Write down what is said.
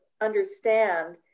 understand